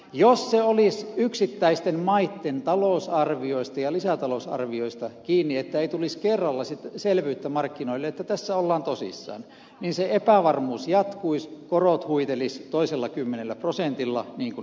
jos se olisi yksittäisten maitten talousarvioista ja lisätalousarvioista kiinni että ei tulisi kerralla selvyyttä markkinoille että tässä ollaan tosissaan niin se epävarmuus jatkuisi korot huitelisivat toisella kymmenellä prosentilla niin kuin ne tekivät